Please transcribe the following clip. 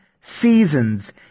seasons